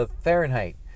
Fahrenheit